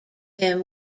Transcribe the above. him